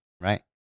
Right